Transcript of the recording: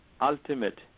ultimate